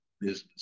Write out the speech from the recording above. business